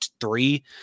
three